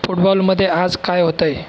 फुटबॉलमध्ये आज काय होत आहे